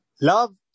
Love